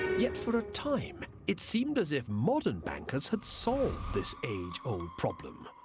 yet for a time, it seemed as if modern bankers had solved this age-old problem.